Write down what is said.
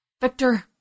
Victor